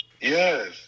Yes